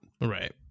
Right